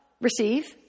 Receive